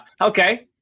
okay